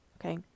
Okay